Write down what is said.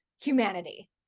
humanity